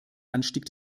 anstieg